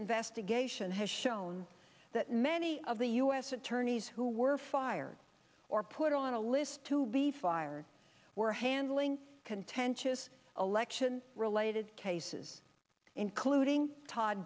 investigation has shown that many of the u s attorneys who were fired or put on a list to be fired were handling contentious election related cases including todd